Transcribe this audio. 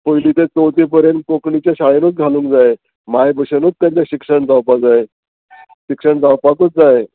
पयलीं तें चवथी पर्यंत कोंकणीच्या शाळेनूच घालूंक जाय मायभशेनूच केन्ना शिक्षण जावपा जाय शिक्षण जावपाकूच जाय